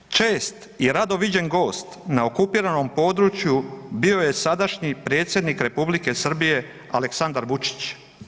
Čest i rado viđen gost na okupiranom području bio je sadašnji predsjednik Republike Srbije Aleksandar Vučić.